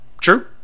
True